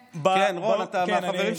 רון, מהחברים שלך.